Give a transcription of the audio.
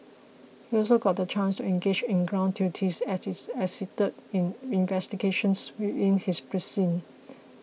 he also got the chance to engage in ground duties as his assisted in investigations within his precinct